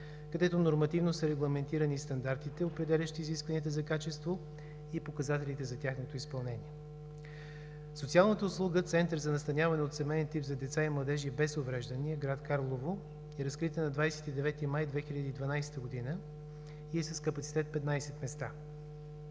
където нормативно са регламентирани стандартите, определящи изискванията за качество и показателите за тяхното изпълнение. Социалната услуга Център за настаняване от семеен тип за деца и младежи без увреждания – град Карлово е разкрита на 29 май 2012 г. и е с капацитет 15 места.